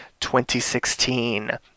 2016